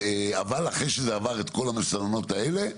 אבל אחרי שזה עבר את כל המסננות האלה.